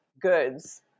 goods